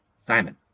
Simon